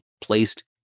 placed